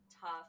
tough